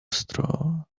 straw